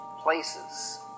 places